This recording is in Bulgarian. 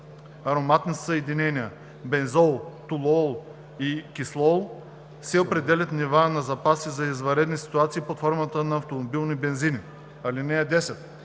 ароматни съединения (бензол, толуол и ксилол), се определят нива на запаси за извънредни ситуации под формата на автомобилни бензини. (10)